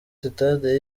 sitade